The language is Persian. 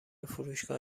فروشگاه